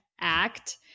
act